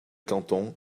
cantons